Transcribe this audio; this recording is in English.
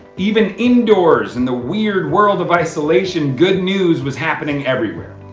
even indoors in the weird world of isolation, good news was happening everywhere.